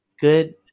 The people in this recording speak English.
good